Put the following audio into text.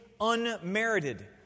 unmerited